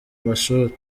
mashuri